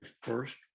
first